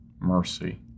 mercy